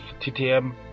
TTM